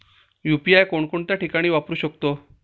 UPI कोणकोणत्या ठिकाणी वापरू शकतो?